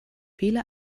viele